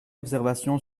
observation